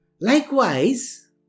Likewise